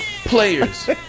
players